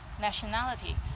nationality